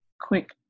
quick